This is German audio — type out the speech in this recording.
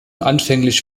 anfänglich